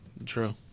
True